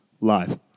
live